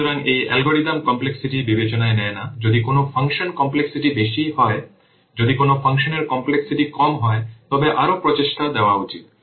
সুতরাং এই algorithm complexity বিবেচনায় নেয় যে যদি কোনও ফাংশনের কমপ্লেক্সিটি বেশি হয় যদি কোনও ফাংশনের কমপ্লেক্সিটি কম হয় তবে আরও প্রচেষ্টা দেওয়া উচিত